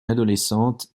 adolescente